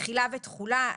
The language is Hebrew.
תחילה ותחולה.